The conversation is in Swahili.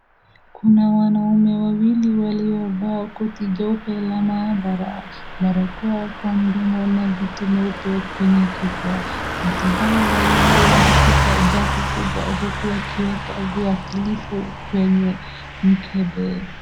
Kuna wanaume wawili waliovaa koti jeupe la maabara, barakoa kwa mdomo na vitu nyeupe kwenye kichwa. Watu hawa wawili walishika jagi kubwa huku wakiweka viwakilifu kwenye mkebe.